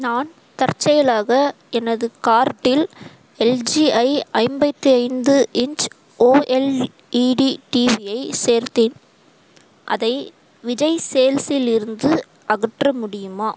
நான் தற்செயலாக எனது கார்ட்டில் எல்ஜியை ஐம்பத்தி ஐந்து இன்ச் ஓஎல்இடி டிவியை சேர்த்தேன் அதை விஜய் சேல்ஸில் இருந்து அகற்ற முடியுமா